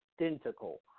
identical